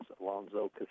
Alonzo